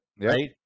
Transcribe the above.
Right